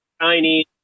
Chinese